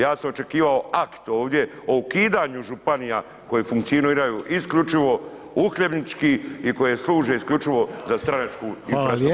Ja sam očekivao akt ovdje o ukidanju županija koje funkcioniraju isključivo uhljebnički i koje služe isključivo za stranačku infrastrukturu.